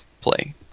play